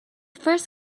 first